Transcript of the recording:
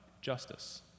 justice